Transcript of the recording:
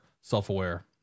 self-aware